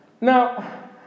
Now